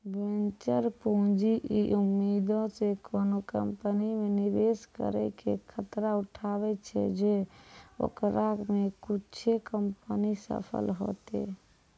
venture पूंजी इ उम्मीदो से कोनो कंपनी मे निवेश करै के खतरा उठाबै छै जे ओकरा मे कुछे कंपनी सफल होतै